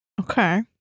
Okay